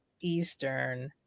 Eastern